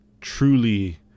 truly